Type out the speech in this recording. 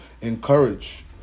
encourage